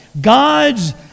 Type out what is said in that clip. God's